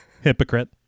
Hypocrite